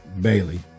Bailey